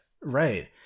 right